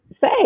say